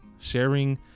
sharing